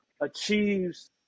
achieves